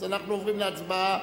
אנחנו עוברים להצבעה